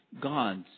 God's